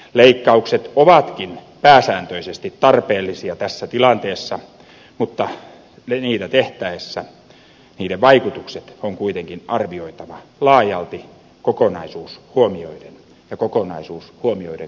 leikkaukset ovatkin pääsääntöisesti tarpeellisia tässä tilanteessa mutta niitä tehtäessä niiden vaikutukset on kuitenkin arvioitava laajalti kokonaisuus huomioiden ja kokonaisuus huomioiden koko yhteiskunnassa